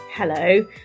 Hello